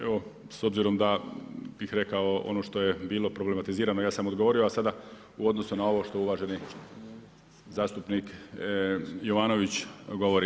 Evo s obzirom da bih rekao ono što je bilo problematizirano ja sam odgovorio a sada u odnosu na ovo što uvaženi zastupnik Jovanović govori.